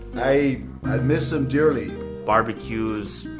i miss them dearly barbecues.